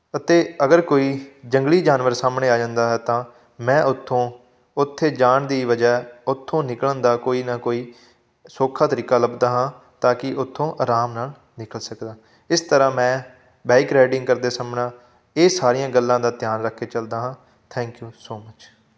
ਅਤੇ ਅਗਰ ਕੋਈ ਜੰਗਲੀ ਜਾਨਵਰ ਸਾਹਮਣੇ ਆ ਜਾਂਦਾ ਹੈ ਤਾਂ ਮੈਂ ਉੱਥੋਂ ਉੱਥੇ ਜਾਣ ਦੀ ਵਜਹਾ ਉਥੋਂ ਨਿਕਲਣ ਦਾ ਕੋਈ ਨਾ ਕੋਈ ਸੌਖਾ ਤਰੀਕਾ ਲੱਭਦਾ ਹਾਂ ਤਾਂ ਕਿ ਉੱਥੋਂ ਆਰਾਮ ਨਾਲ ਨਿਕਲ ਸਕਦਾ ਇਸ ਤਰ੍ਹਾਂ ਮੈਂ ਬਾਈਕ ਰਾਈਡਿੰਗ ਕਰਦੇ ਸਮੇਂ ਨਾ ਇਹ ਸਾਰੀਆਂ ਗੱਲਾਂ ਦਾ ਧਿਆਨ ਰੱਖ ਕੇ ਚੱਲਦਾ ਹਾਂ ਥੈਂਕ ਯੂ ਸੋ ਮਚ